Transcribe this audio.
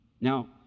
Now